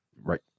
Right